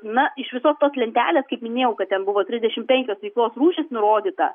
na iš visos tos lentelės kaip minėjau kad ten buvo trisdešim penkios veiklos rūšys nurodyta